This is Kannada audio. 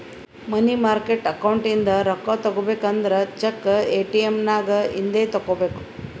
ಮನಿ ಮಾರ್ಕೆಟ್ ಅಕೌಂಟ್ ಇಂದ ರೊಕ್ಕಾ ತಗೋಬೇಕು ಅಂದುರ್ ಚೆಕ್, ಎ.ಟಿ.ಎಮ್ ನಾಗ್ ಇಂದೆ ತೆಕ್ಕೋಬೇಕ್